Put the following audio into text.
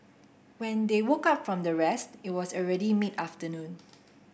when they woke up from their rest it was already mid afternoon